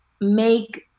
make